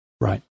Right